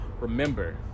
remember